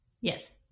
Yes